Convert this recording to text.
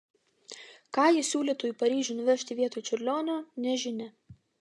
ką ji siūlytų į paryžių nuvežti vietoj čiurlionio nežinia